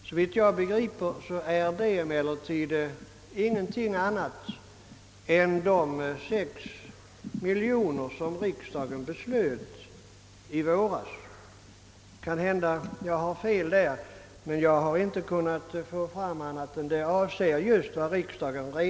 Såvitt jag begriper — men möjligen har jag fel därvidlag — är detta emellertid ingenting annat än de 6 miljoner som riksdagen beslöt i våras. Utskottets skrivning avsåg ju bidrag utöver dessa 6 miljoner.